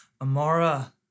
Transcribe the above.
Amara